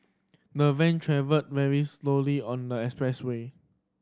the van travelled very slowly on the expressway